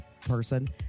person